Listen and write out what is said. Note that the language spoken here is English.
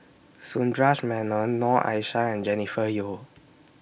Sundaresh Menon Noor Aishah and Jennifer Yeo